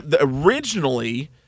originally